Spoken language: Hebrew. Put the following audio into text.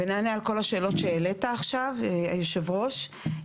ואז נענה על כל השאלות שהעלית, היושב ראש.